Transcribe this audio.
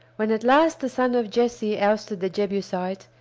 when at last the son of jesse ousted the jebusite,